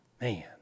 Man